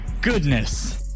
goodness